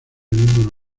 mismo